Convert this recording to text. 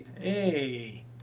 hey